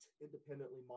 independently